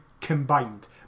combined